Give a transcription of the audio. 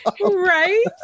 right